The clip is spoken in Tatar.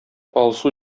алсу